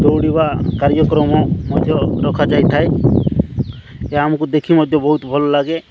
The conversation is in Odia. ଦୌଡ଼ିବା କାର୍ଯ୍ୟକ୍ରମ ମଧ୍ୟ ରଖାଯାଇଥାଏ ଏହା ଆମକୁ ଦେଖି ମଧ୍ୟ ବହୁତ ଭଲ ଲାଗେ